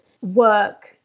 work